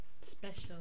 special